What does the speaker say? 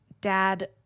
dad